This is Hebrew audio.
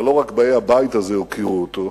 אבל לא רק באי הבית הזה הוקירו אותו.